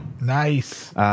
Nice